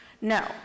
No